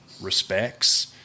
respects